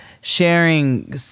sharing